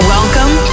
Welcome